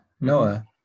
noah